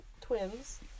Twins